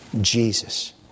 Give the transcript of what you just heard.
Jesus